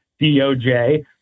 DOJ